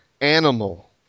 animal